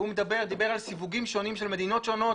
והוא דיבר על סיווגים שונים של מדינות שונות,